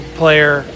player